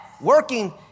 working